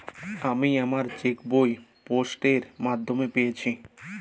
আমি আমার chequebook post এর মাধ্যমে পেয়েছি